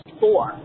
four